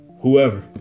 whoever